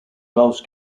welsh